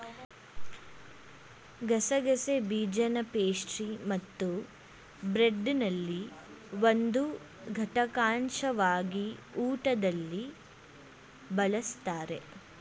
ಗಸಗಸೆ ಬೀಜನಪೇಸ್ಟ್ರಿಮತ್ತುಬ್ರೆಡ್ನಲ್ಲಿ ಒಂದು ಘಟಕಾಂಶವಾಗಿ ಊಟದಲ್ಲಿ ಬಳಸ್ತಾರೆ